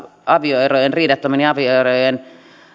riidattomien avioerojen